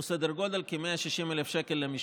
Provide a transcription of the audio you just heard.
הוא סדר גודל כ-160,000 שקל למשפחה.